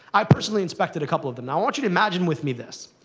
i personally inspected a couple of them. i want you to imagine, with me, this.